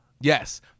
Yes